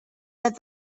that